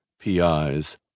PIs